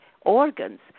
organs